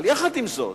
אבל יחד עם זאת,